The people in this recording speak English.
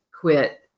quit